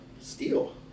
steel